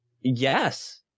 yes